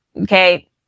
Okay